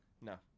No